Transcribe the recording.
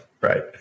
right